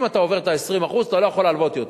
אם אתה עובר את ה-20%, אתה לא יכול להלוות יותר.